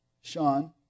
Sean